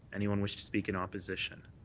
anyone wish to speak in opposition?